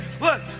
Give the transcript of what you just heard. look